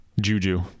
juju